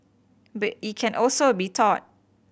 but it can also be taught